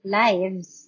lives